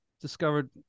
discovered